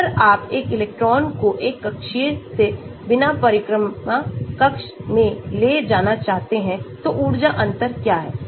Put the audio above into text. तो अगर आप एक इलेक्ट्रॉन को एक कक्षीय से बिना परिक्रमा कक्ष में ले जाना चाहते हैं तो ऊर्जा अंतर क्या है